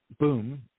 boom